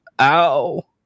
ow